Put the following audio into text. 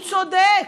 הוא צודק,